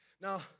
Now